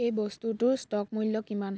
এই বস্তুটো ষ্ট'ক মূল্য কিমান